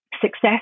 success